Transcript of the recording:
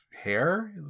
hair